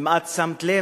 אם את שמת לב,